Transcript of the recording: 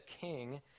King